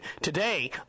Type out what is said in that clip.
Today